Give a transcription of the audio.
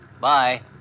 Bye